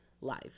life